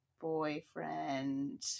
boyfriend